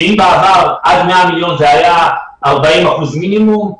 אם בעבר עד 100 מיליון זה היה 40 אחוזים מינימום,